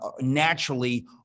naturally